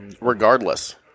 Regardless